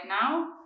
now